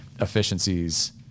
efficiencies